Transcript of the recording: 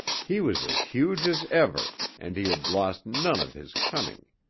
he was as huge as ever and he had lost none of his cunning.